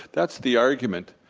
that's the argument,